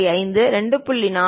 5 2